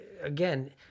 again